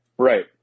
Right